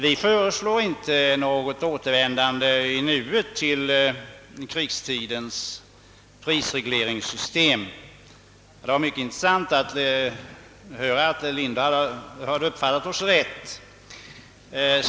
Vi föreslår inte något återvändande till krigstidens prisregleringssystem. Det var mycket intressant att höra att herr Lindahl uppfattat oss rätt.